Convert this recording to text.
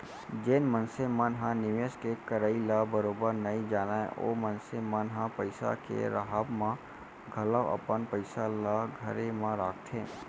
जेन मनसे मन ह निवेस के करई ल बरोबर नइ जानय ओ मनसे मन ह पइसा के राहब म घलौ अपन पइसा ल घरे म राखथे